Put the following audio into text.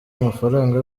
amafaranga